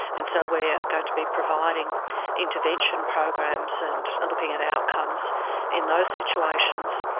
and so we are going to be providing intervention programs and and looking at outcomes in those situations.